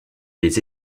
les